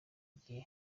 gihe